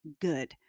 good